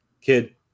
kid